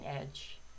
edge